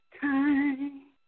time